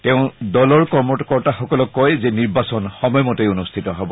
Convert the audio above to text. তেওঁ দলৰ কৰ্মকৰ্তাসকলক কয় যে নিৰ্বাচন সময়মতে অনুষ্ঠিত হব